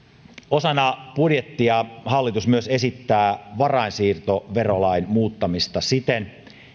osana budjettia hallitus myös esittää varainsiirtoverolain muuttamista siten